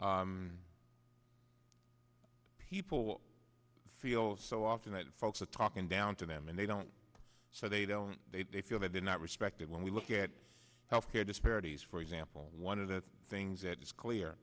but people feel so often that folks are talking down to them and they don't so they don't they feel that they're not respected when we look at health care disparities for example one of the things that is clear